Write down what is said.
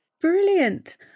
brilliant